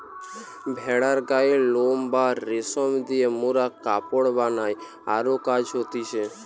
ভেড়ার গায়ের লোম বা রেশম দিয়ে মোরা কাপড় বানাই আরো কাজ হতিছে